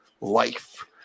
life